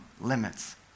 limits